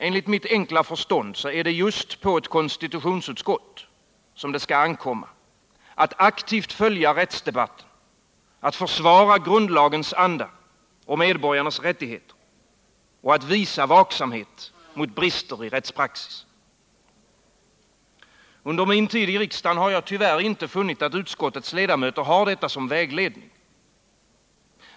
Enligt mitt enkla förstånd är det just på ett konstitutionsutskott som det ankommer att aktivt följa rättsdebatten, att försvara grundlagens anda och medborgarnas rättigheter, att visa vaksamhet mot brister i rättspraxis. Under min tid i riksdagen har jag tyvärr inte funnit att utskottets ledamöter har detta som vägledning.